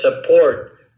support